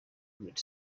great